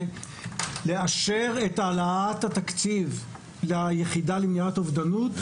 לאשר את העלאת התקציב ליחידה למניעת אובדות.